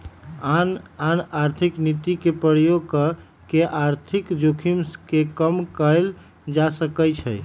आन आन आर्थिक नीति के प्रयोग कऽ के आर्थिक जोखिम के कम कयल जा सकइ छइ